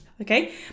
okay